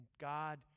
God